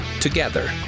together